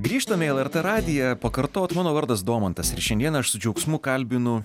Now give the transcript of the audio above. grįžtam į lrt radiją pakartot mano vardas domantas ir šiandien aš su džiaugsmu kalbinu